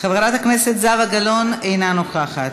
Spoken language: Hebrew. חברת הכנסת זהבה גלאון, אינה נוכחת,